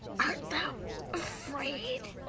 art thou afraid?